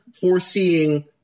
foreseeing